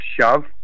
shove